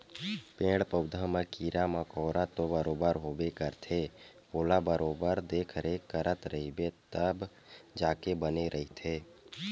पेड़ पउधा म कीरा मकोरा तो बरोबर होबे करथे ओला बरोबर देखरेख करत रहिबे तब जाके बने रहिथे